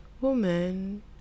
woman